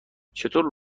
چطور